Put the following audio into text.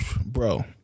Bro